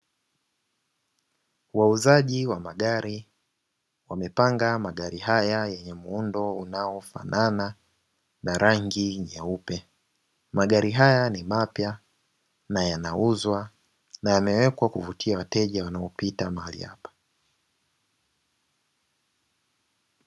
Wauzaji wa magari, wamepanga magari haya yenye muundo unaofanana na rangi nyeupe. Magari haya ni mapya na yanauzwa, na yamewekwa kuvutia wateja wanaopita mahali hapa.